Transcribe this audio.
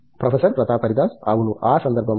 professor Pratap Haridas అవును ఆ సందర్భంలో